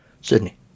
Sydney